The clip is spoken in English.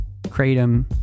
Kratom